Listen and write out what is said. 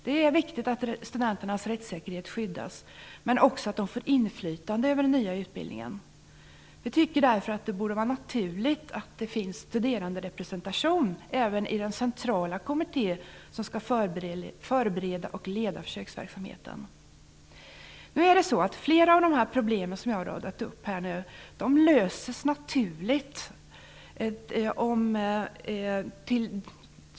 Det är viktigt att studenternas rättssäkerhet skyddas och också att de får inflytande över den nya utbildningen. Vi tycker därför att det borde vara naturligt att det finns studeranderepresentation även i den centrala kommitté som skall förbereda och leda försöksverksamheten. Flera av de problem som jag här har räknat upp löses naturligt.